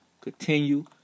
Continue